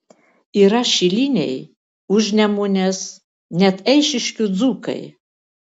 yra šiliniai užnemunės net eišiškių dzūkai